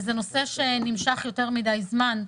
וזה נושא שנמשך יותר מידי זמן,